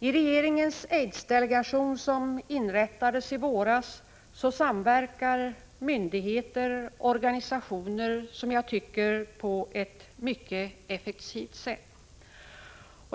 I regeringens aidsdelegation, som inrättades i våras, samverkar myndigheter och organisationer på, som jag tycker, ett mycket effektivt sätt.